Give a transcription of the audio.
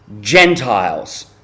gentiles